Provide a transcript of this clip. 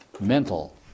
mental